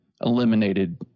eliminated